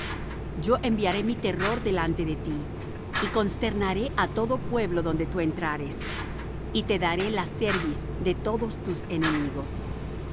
yo enviaré mi terror delante de ti y consternaré á todo pueblo donde tú entrares y te daré la cerviz de todos tus enemigos